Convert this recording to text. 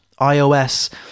iOS